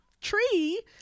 tree